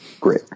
Great